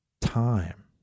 time